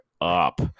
up